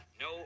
No